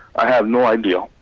i have no idea,